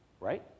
right